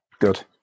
good